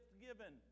given